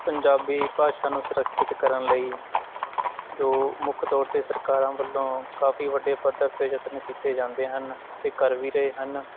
ਪੰਜਾਬੀ ਭਾਸ਼ਾ ਨੂੰ ਸੁਰੱਖਿਅਤ ਕਰਨ ਲਈ ਜੋ ਮੁੱਖ ਤੌਰ 'ਤੇ ਸਰਕਾਰਾਂ ਵੱਲੋਂ ਕਾਫ਼ੀ ਵੱਡੇ ਪੱਧਰ 'ਤੇ ਯਤਨ ਕੀਤੇ ਜਾਂਦੇ ਹਨ ਅਤੇ ਕਰ ਵੀ ਰਹੇ ਹਨ